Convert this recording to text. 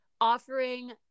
offering